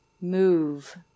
Move